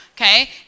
okay